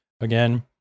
again